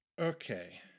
Okay